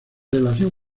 relación